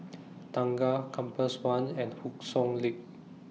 Tengah Compass one and Hock Soon Lane